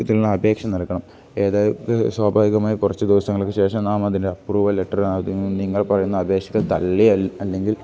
ഇതിനുള്ള അപേക്ഷ നൽകണം അതായത് സ്വാഭാവികമായി കുറച്ച് ദിവസങ്ങൾക്ക് ശേഷം നാം അതിന്റെ അപ്രൂവൽ ലെറ്റർ നിങ്ങൾ പറയുന്ന അപേക്ഷയിൽ തള്ളിയാൽ അല്ലെങ്കിൽ